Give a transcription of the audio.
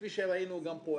כפי שראינו גם פה,